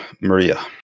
Maria